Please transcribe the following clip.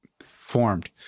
formed